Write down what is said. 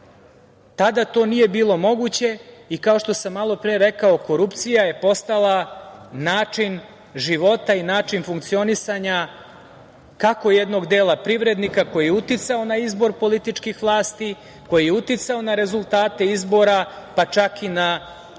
Tada to nije bilo moguće i, kao što sam malopre rekao, korupcija je postala način života i način funkcionisanja, kako jednog dela privrednika koji je uticao na izbor političkih vlasti, koji je uticao na rezultate izbora, pa čak i na